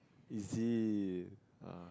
is it err